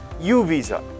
U-Visa